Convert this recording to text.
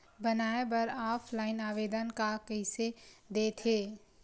बनाये बर ऑफलाइन आवेदन का कइसे दे थे?